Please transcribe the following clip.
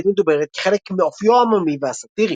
מדוברת כחלק מאופיו העממי והסטאירי.